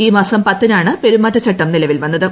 ഈ മാസം പത്തിനാണ് പെരുമാറ്റച്ചട്ടം നിലവിൽ വന്നത്